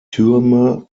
türme